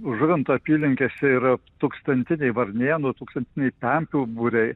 žuvinto apylinkėse ir tūkstantiniai varnėnų tūkstantiniai pempių būriai